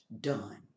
done